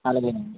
అలాగేనండి